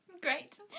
Great